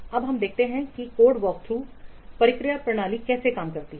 अब देखते हैं कि यह कोड वॉकथ्रू प्रक्रिया प्रणाली कैसे काम करती है